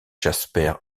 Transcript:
jasper